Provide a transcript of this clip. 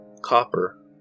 copper